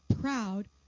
proud